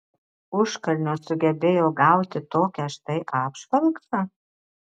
užkalnio sugebėjo gauti tokią štai apžvalgą